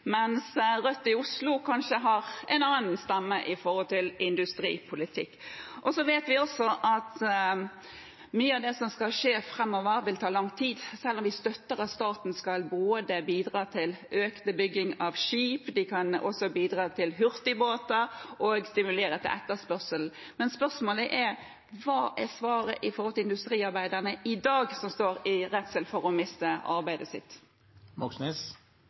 stemme i industripolitikken. Vi vet også at mye av det som skal skje framover, vil ta lang tid, selv om vi støtter at staten både skal bidra til økt bygging av skip og hurtigbåter og skal stimulere til etterspørsel, men spørsmålet er: Hva er svaret til industriarbeiderne i dag, som er redde for å miste arbeidet